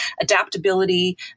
adaptability